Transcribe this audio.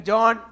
John